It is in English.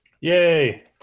Yay